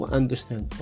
understand